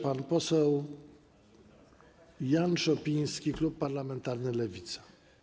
Pan poseł Jan Szopiński, klub parlamentarny Lewica.